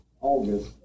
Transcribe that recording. August